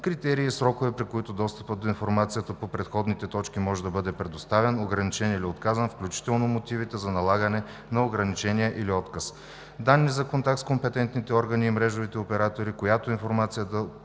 критерии и срокове, при които достъпът до информацията по предходните точки може да бъде предоставена, ограничена или отказана, включително мотивите за налагане на ограничения или отказ; данни за контакт с компетентните органи и мрежовите оператори, която информация